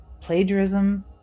plagiarism